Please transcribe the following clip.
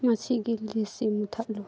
ꯃꯁꯤꯒꯤ ꯂꯤꯁꯁꯤ ꯃꯨꯊꯠꯂꯨ